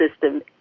system